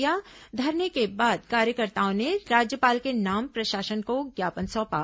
धरने के बाद कार्यकर्ताओं ने राज्यपाल के नाम प्रशासन को ज्ञापन सौंपा